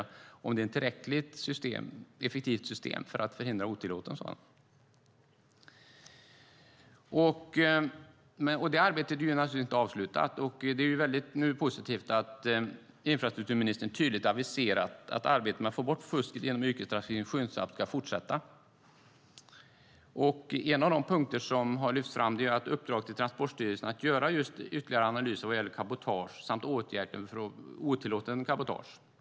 Man ville se om det är ett tillräckligt effektivt system för att förhindra otillåten sådan verksamhet. Det arbetet är naturligtvis inte avslutat. Det är väldigt positivt att infrastrukturministern tydligt aviserat att arbetet med att få bort fusket inom yrkestrafiken skyndsamt ska fortsätta. En av de punkter som har lyfts fram är uppdraget till Transportstyrelsen att göra just ytterligare analyser vad gäller otillåten cabotageverksamhet.